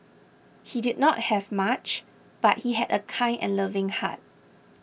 he did not have much but he had a kind and loving heart